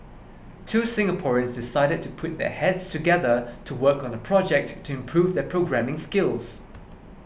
two Singaporeans decided to put their heads together to work on a project to improve their programming skills